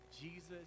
Jesus